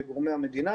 בגורמי המדינה